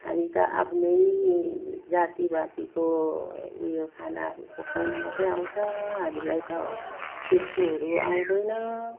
हामी त आफ्नै जातिवादीको उयो खानाहरू पकाउनु मात्रै आउँछ हामीलाई त त्यस्तोहरू आउँदैन